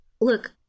Look